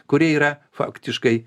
kurie yra faktiškai